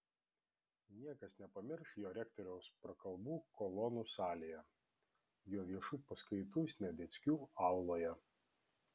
niekas nepamirš jo rektoriaus prakalbų kolonų salėje jo viešų paskaitų sniadeckių auloje